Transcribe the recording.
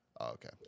Okay